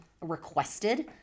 requested